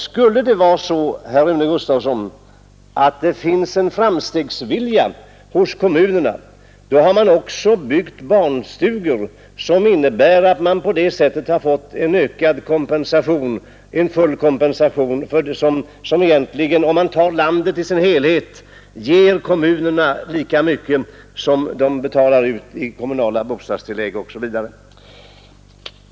Skulle det vara så, herr Rune Gustavsson, att det finns en framstegsvilja hos kommunerna så har de också byggt barnstugor, vilket innebär att de har fått full kompensation. Om man tar landet i dess helhet ser man att den egentligen ger kommunerna lika mycket som de betalar ut i kommunala bostadstillägg osv.